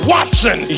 Watson